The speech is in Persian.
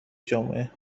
جمعه